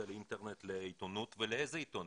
לאינטרנט לעיתונות ולאיזה עיתונות.